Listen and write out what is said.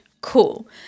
cool